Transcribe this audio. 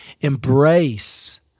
embrace